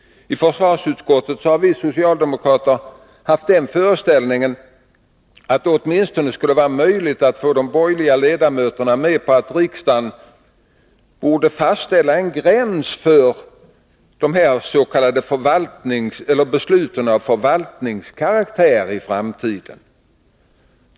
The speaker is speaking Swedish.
I försvarsutskottet har vi socialdemokrater haft den föreställningen att det åtminstone skulle vara möjligt att få de borgerliga ledamöterna med på att riksdagen borde fastställa en gräns för beslut av s.k. förvaltningskaraktär i framtiden.